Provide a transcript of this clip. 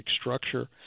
structure